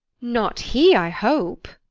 not he, i hope.